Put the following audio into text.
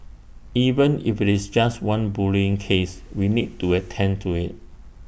even if it's just one bullying case we need to attend to IT